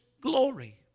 glory